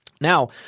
Now